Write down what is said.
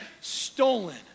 Stolen